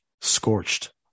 scorched